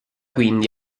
quindi